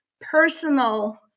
personal